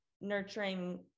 nurturing